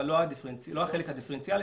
אבל לא החלק הדיפרנציאלי,